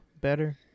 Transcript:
better